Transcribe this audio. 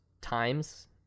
times